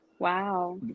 Wow